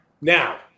now